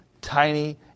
tiny